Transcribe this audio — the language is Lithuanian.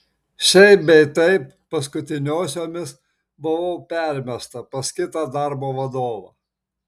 šiaip bei taip paskutiniosiomis buvau permesta pas kitą darbo vadovą